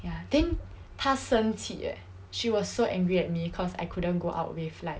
ya then 她生气 eh she was so angry at me cause I couldn't go out with like